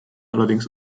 allerdings